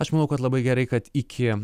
aš manau kad labai gerai kad iki